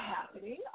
happening